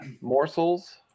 morsels